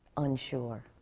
unsure.